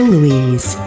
Louise